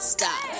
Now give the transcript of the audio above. Stop